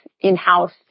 in-house